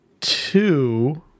two